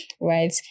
right